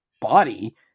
body